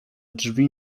drzwi